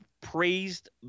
praised